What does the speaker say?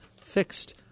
fixed